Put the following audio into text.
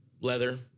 Leather